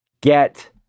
get